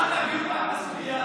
אנחנו נפתור את, בסוגיה הזאת.